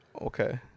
Okay